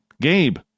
Gabe